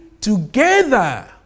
together